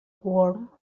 warm